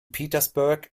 petersburg